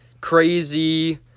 crazy